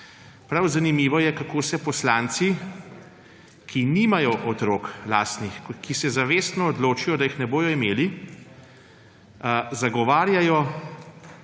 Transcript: Prav zanimivo je, kako poslanci, ki nimajo lastnih otrok, ki se zavestno odločijo, da jih ne bojo imeli, zagovarjajo